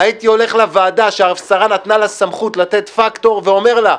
הייתי הולך לוועדה שהשרה נתנה לה סמכות לתת פקטור ואומר לה: